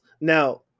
now